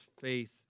faith